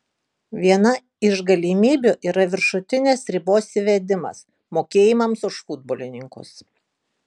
viena iš galimybių yra viršutinės ribos įvedimas mokėjimams už futbolininkus